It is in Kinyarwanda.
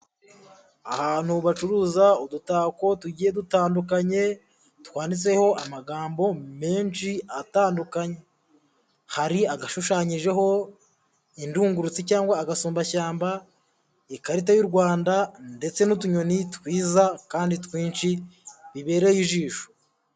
Ahantu bacuruza udutako tugiye dutandukanye, twanditseho amagambo menshi atandukanye, hari agashushanyijeho indungurutsi cyangwa agasumbashyamba, ikarita y'u Rwanda ndetse n'utunyoni twiza kandi twinshi bibereye ijisho.